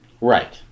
Right